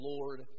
Lord